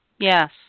Yes